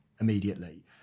immediately